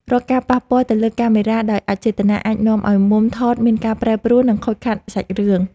រាល់ការប៉ះពាល់ទៅលើកាមេរ៉ាដោយអចេតនាអាចនាំឱ្យមុំថតមានការប្រែប្រួល និង ខូចខាតសាច់រឿង។